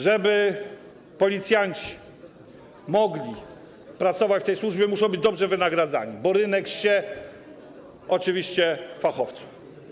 Żeby policjanci mogli pracować w tej służbie, muszą być dobrze wynagradzani, bo rynek ssie fachowców.